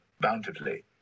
bountifully